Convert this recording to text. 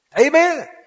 Amen